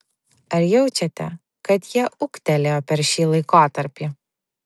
ar jaučiate kad jie ūgtelėjo per šį laikotarpį